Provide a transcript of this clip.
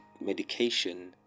medication